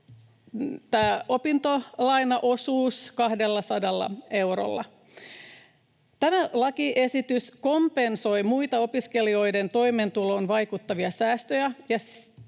opintolainaosuutta 200 eurolla. Tämä lakiesitys kompensoi muita opiskelijoiden toimeentuloon vaikuttavia säästöjä